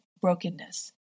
brokenness